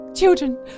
Children